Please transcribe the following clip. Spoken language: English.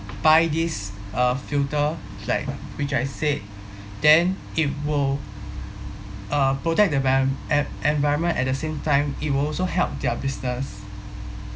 buy this uh filter like which I said then it will uh protect the vam~ en~ environment at the same time it will also help their business